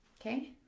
Okay